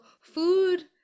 food